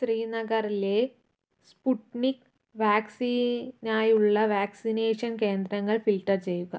ശ്രീനഗറിലെ സ്പുട്നിക് വാക്സിനായുള്ള വാക്സിനേഷൻ കേന്ദ്രങ്ങൾ ഫിൽട്ടർ ചെയ്യുക